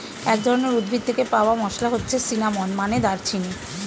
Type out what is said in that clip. এক ধরনের উদ্ভিদ থেকে পাওয়া মসলা হচ্ছে সিনামন, মানে দারুচিনি